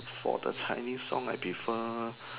for the Chinese song I prefer